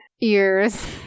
ears